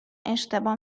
اشتباه